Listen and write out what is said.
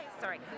sorry